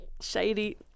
shady